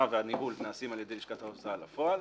והניהול נעשים על ידי לשכת ההוצאה לפועל.